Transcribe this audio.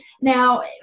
Now